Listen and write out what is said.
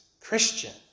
Christian